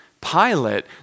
Pilate